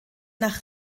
nach